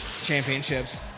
championships